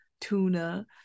Tuna